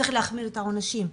צריך להחמיר את העונשים.